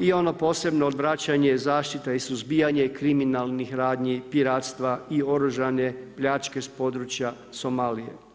i ono posebno odvraćanje zaštita i suzbijanje kriminalnih radnji, piratstva i oružane pljačke s područja Somalije.